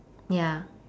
ya